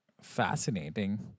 fascinating